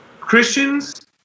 Christians